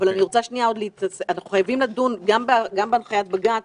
אבל אנחנו חייבים לדון גם בהנחיית בג"ץ,